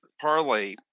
parlay